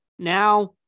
Now